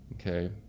okay